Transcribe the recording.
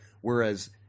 whereas